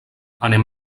anem